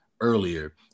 earlier